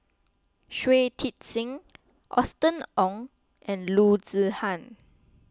Shui Tit Sing Austen Ong and Loo Zihan